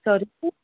sorry sir